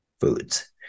foods